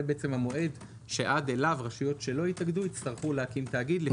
הוא המועד שעד אליו רשויות שלא התאגדו יצטרכו להקים תאגיד.